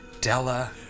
Della